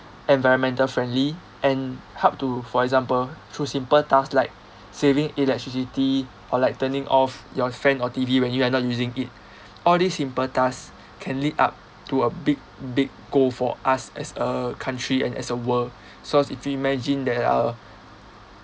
environmental friendly and help to for example through simple tasks like saving electricity or like turning off your fan or T_V when you are not using it all these simple task can lead up to a big big goal for us as a country and as a world so if you imagine that uh